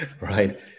right